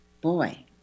boy